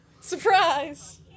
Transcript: Surprise